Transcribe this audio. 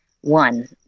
one